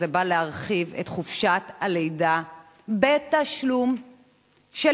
זה בא להרחיב את חופשת הלידה בתשלום של